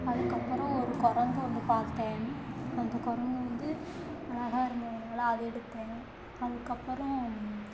அதுக்கப்புறோம் ஒரு குரங்கு ஒன்று பார்த்தேன் அந்த குரங்கு வந்து அழகாக இருந்ததுனால அதை எடுத்தேன் அதுக்கப்புறோம்